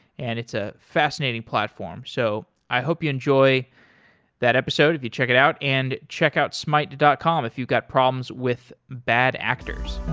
and it's a fascinating platform. so i hope you enjoy that episode if you check it out, and checkouts smyte dot com if you've got problems with bad actors.